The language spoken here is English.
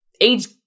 age